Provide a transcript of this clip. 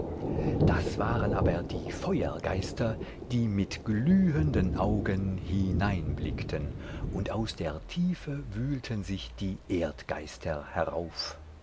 das waren aber die feuergeister die mit glühenden augen hineinblickten und aus der tiefe wühlten sich die erdgeister herauf